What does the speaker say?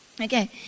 Okay